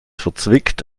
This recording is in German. verzwickt